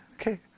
Okay